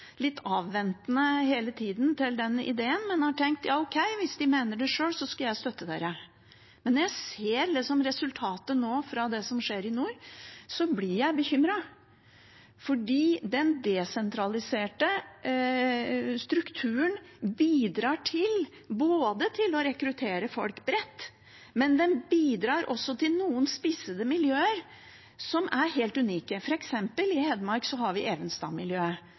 avventende til den ideen, men har tenkt at ok, hvis de mener det sjøl, skal jeg støtte det – av det som skjer i nord, blir jeg bekymret, for den desentraliserte strukturen bidrar til å rekruttere folk rett, og det bidrar også til noen spissede miljøer som er helt unike. I Hedmark, f.eks., har vi